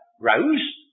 rose